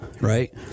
right